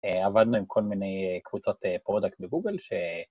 עבדנו עם כל מיני קבוצות פרודקט בגוגל